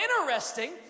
interesting